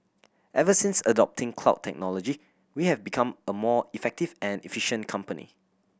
ever since adopting cloud technology we have become a more effective and efficient company